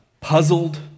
Puzzled